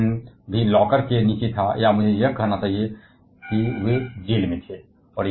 और Otto Hahn भी locker के नीचे था या मुझे यह कहना चाहिए कि वह जेल में था